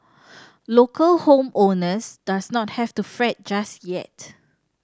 local home owners does not have to fret just yet